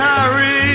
Harry